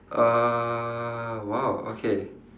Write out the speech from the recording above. uh !wow! okay